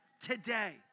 today